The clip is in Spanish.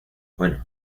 bueno